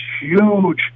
huge